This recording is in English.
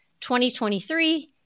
2023